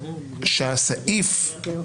--- לא,